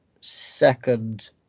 second